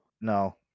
No